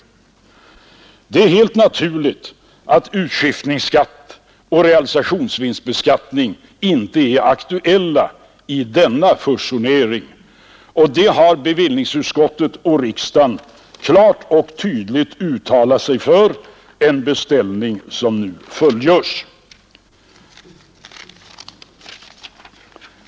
Det är helt naturligt att utskiftningsskatt och realisationsvinstbeskattning inte är aktuella vid denna fusionering, och det har bevillningsutskottet och riksdagen klart och tydligt uttalat sig för i en beställning som nu fullgörs.